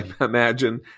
imagine